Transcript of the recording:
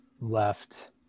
left